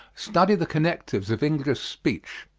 study the connectives of english speech.